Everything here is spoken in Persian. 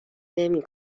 نمی